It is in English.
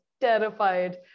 terrified